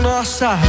Nossa